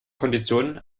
konditionen